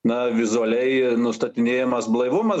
na vizualiai nustatinėjamas blaivumas